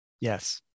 Yes